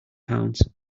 pounds